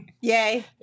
Yay